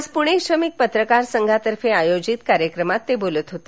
आज पुणे श्रमिक पत्रकार संघातर्फे आयोजित कार्यक्रमात ते बोलत होते